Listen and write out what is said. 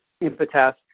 impetus